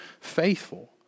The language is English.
faithful